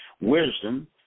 Wisdom